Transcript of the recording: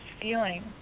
feeling